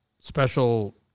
special